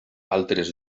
altres